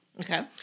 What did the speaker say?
Okay